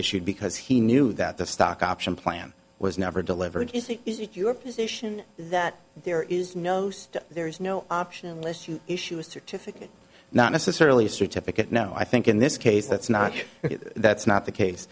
issued because he knew that the stock option plan was never delivered is it is it your position that there is no there is no option unless you issue a certificate not necessarily a certificate no i think in this case that's not that's not the case